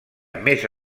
més